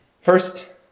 First